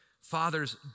Fathers